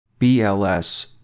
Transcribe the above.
BLS